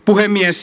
puhemies